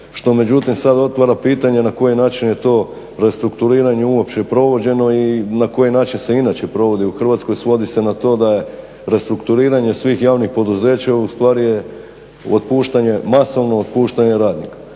što međutim sad otvara pitanje na koji način je to restrukturiranje uopće provođeno i na koji način se inače provodi u Hrvatskoj. Svodi se na to da je restrukturiranje svih javnih poduzeća ustvari je otpuštanje, masovno